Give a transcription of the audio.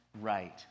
right